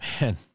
man